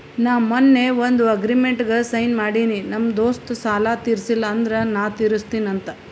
ನಾ ಮೊನ್ನೆ ಒಂದ್ ಅಗ್ರಿಮೆಂಟ್ಗ್ ಸೈನ್ ಮಾಡಿನಿ ನಮ್ ದೋಸ್ತ ಸಾಲಾ ತೀರ್ಸಿಲ್ಲ ಅಂದುರ್ ನಾ ತಿರುಸ್ತಿನಿ ಅಂತ್